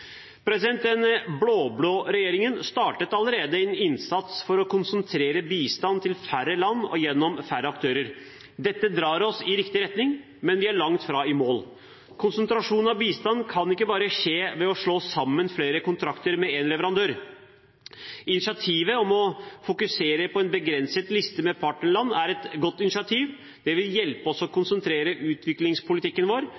Den blå-blå regjeringen startet allerede en innsats for å konsentrere bistand til færre land og gjennom færre aktører. Dette drar oss i riktig retning, men vi er langt fra i mål. Konsentrasjonen av bistand kan ikke bare skje ved å slå sammen flere kontrakter med én leverandør. Initiativet til å fokusere på en begrenset liste med partnerland er godt. Det vil hjelpe oss å konsentrere utviklingspolitikken vår,